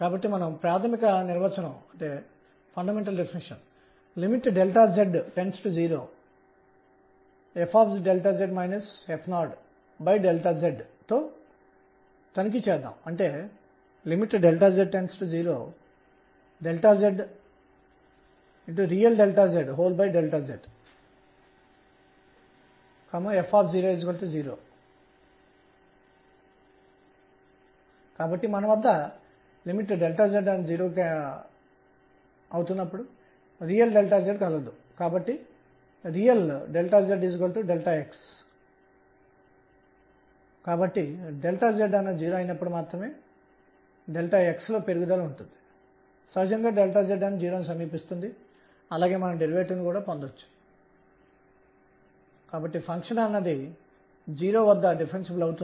కాబట్టి L యొక్క z component అంశం ను తీసుకుంటే అది 0 నుండి z అంశం mr2sinθ నుండి అనేది మీకు 0 తోడ్పాటు ను ఇస్తుంది మరియు యొక్క z కాంపోనెంట్ అంశం అవుతుంది